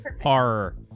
horror